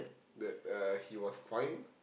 that uh he was fine